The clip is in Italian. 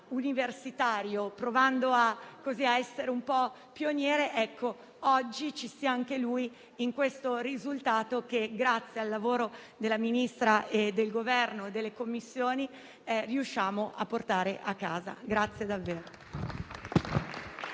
universitario, provando a essere un po' pioniere, sia anche lui parte di questo risultato che, grazie al lavoro della Ministra, del Governo e delle Commissioni, riusciamo a portare a casa.